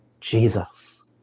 Jesus